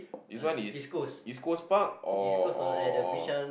this one is East-Coast-Park or or